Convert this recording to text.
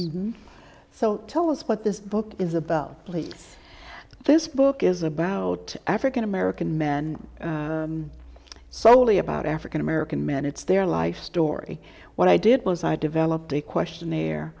assault so tell us what this book is about please this book is about african american men soley about african american men it's their life story what i did was i developed a questionnaire